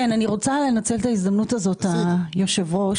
תודה רבה.